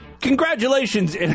Congratulations